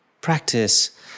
practice